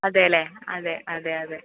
അതെ അല്ലേ അതെ അതെ അതെ